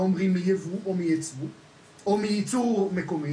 לא אומרים מייבוא או מייצור מקומי,